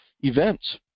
events